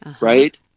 right